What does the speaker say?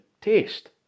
taste